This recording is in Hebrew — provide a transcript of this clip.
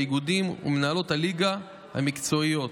האיגודים ומינהלות הליגות המקצועיות,